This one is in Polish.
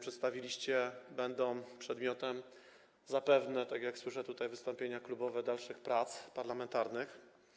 przedstawiliście, będą przedmiotem, tak jak słyszę i wynika to z wystąpień klubowych, dalszych prac parlamentarnych.